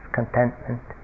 contentment